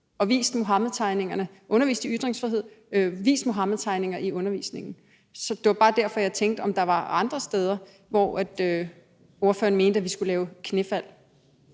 undervist i ytringsfrihed og vist Muhammedtegninger i undervisningen. Det var bare derfor, jeg tænkte, om der var andre steder, hvor ordføreren mente, at vi skulle gøre knæfald.